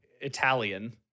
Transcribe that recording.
Italian